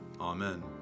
Amen